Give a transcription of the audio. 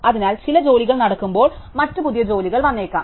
അതിനാൽ ചില ജോലികൾ നടക്കുമ്പോൾ മറ്റ് പുതിയ ജോലികൾ വന്നേക്കാം